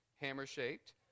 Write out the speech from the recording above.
hammer-shaped